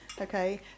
okay